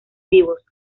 vivos